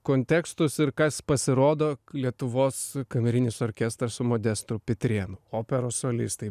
kontekstus ir kas pasirodo lietuvos kamerinis orkestras su modestu pitrėnu operos solistai